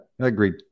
agreed